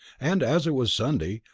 and as it was sunday,